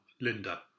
Linda